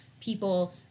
people